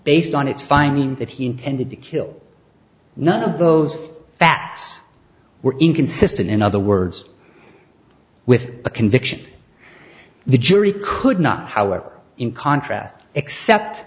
based on its finding that he ended the kill none of those facts were inconsistent in other words with a conviction the jury could not however in contrast except